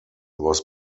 was